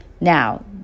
Now